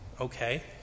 Okay